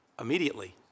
immediately